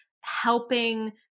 helping